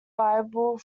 bible